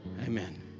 Amen